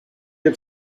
had